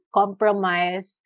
compromise